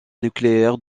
nucléaires